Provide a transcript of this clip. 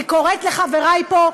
אני קוראת לחברי פה,